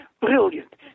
brilliant